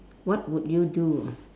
what would you do